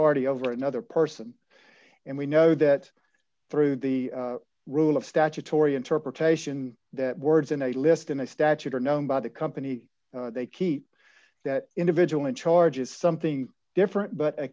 authority over another person and we know that through the rule of statutory interpretation that words in a list in a statute are known by the company they keep that individual in charge is something different but